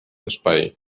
espai